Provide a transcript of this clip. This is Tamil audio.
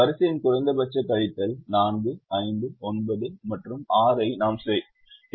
வரிசையின் குறைந்தபட்ச கழித்தல் 4 5 9 மற்றும் 6 ஐ நாம் செய்கிறோம்